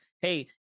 hey